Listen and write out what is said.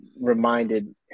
reminded